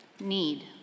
need